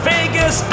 Vegas